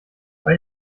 bei